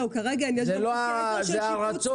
זה הרצון, לא הדרך.